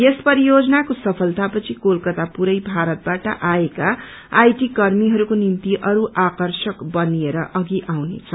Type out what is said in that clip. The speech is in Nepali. यस परियोजनाको सफ्रतता पछि कलकता पूरै भारतबाट आएका आईटी कर्मीहरूको निम्ति अस्त आकर्षक बनिएर अघि आउनेछ